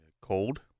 cold